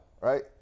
Right